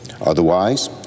Otherwise